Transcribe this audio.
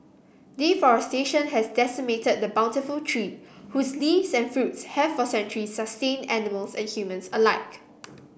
deforestation has decimated the bountiful tree whose leaves and fruits have for centuries sustained animals and humans alike